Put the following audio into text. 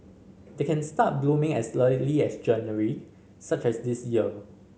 they can start blooming as early as January such as this year